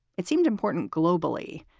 it seemed important globally,